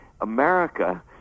America